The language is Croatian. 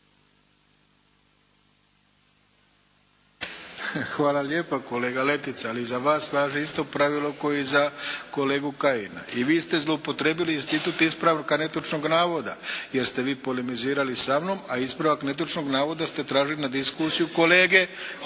Hvala lijepa kolega Letica, ali za vas važi isto pravilo kao i za kolegu Kajina. I vi ste zloupotrijebili institut ispravka netočnog navoda, jer ste vi polemizirali sa mnom a ispravak netočnog navoda ste tražili na diskusiju kolege